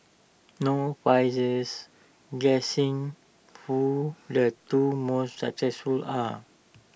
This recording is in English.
no prizes guessing who the two most successful are